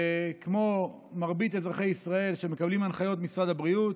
כמו מרבית אזרחי ישראל שמקבלים הנחיות ממשרד הבריאות,